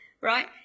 right